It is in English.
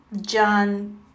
John